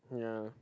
ya